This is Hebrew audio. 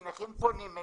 כי נכים פונים אלינו,